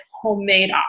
homemade